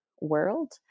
world